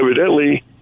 evidently